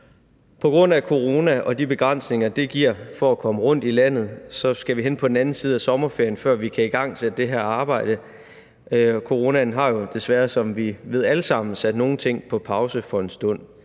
På grund af corona og de begrænsninger, det giver, for at komme rundt i landet skal vi hen på den anden side af sommerferien, før vi kan igangsætte det her arbejde. Coronaen har jo desværre, som vi ved alle sammen, sat nogle ting på pause for en stund.